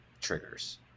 triggers